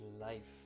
life